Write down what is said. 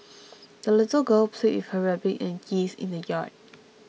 the little girl played with her rabbit and geese in the yard